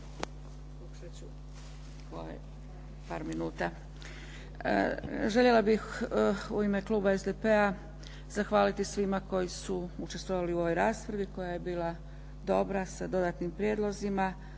ću u par minuta. Željela bih u ime kluba SDP-a zahvaliti svima koji su učestvovali u ovoj raspravi koja je bila dobra, sa dodatnim prijedlozima,